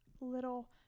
little